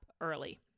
early